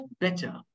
better